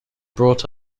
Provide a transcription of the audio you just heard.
brought